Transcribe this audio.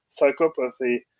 psychopathy